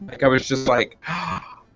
like i was just like, ah